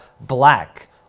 black